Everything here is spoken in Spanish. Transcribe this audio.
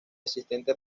asistente